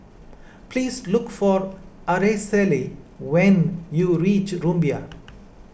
please look for Araceli when you reach Rumbia